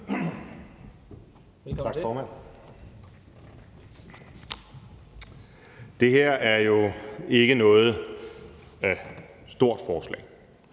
Tak, formand. Det her er jo ikke noget stort forslag.